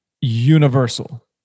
universal